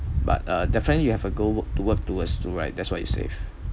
but uh definitely you have a goal work to work towards to right that's why you save